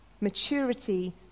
Maturity